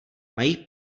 mají